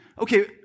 Okay